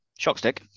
Shockstick